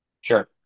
Sure